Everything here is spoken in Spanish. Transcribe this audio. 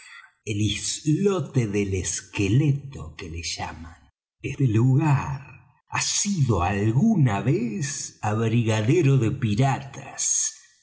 el islote del esqueleto que le llaman este lugar ha sido alguna vez abrigadero de piratas